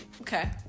Okay